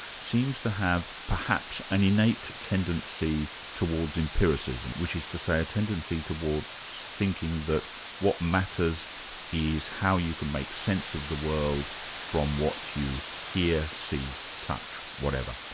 seems to have perhaps an innate tendency towards empiricism, which is to say a tendency towards thinking that what matters if how you can make sense of the world from what you hear, see, touch, whatever.